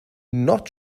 not